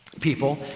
people